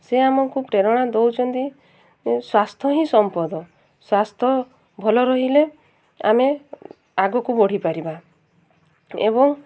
ସେ ଆମକୁ ପ୍ରେରଣା ଦେଉଛନ୍ତି ସ୍ୱାସ୍ଥ୍ୟ ହିଁ ସମ୍ପଦ ସ୍ୱାସ୍ଥ୍ୟ ଭଲ ରହିଲେ ଆମେ ଆଗକୁ ବଢ଼ିପାରିବା ଏବଂ